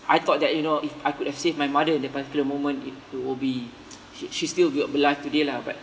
I thought that you know if I could have saved my mother in that particular moment it it will be she she'd still be alive today lah but